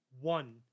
one